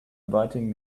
inviting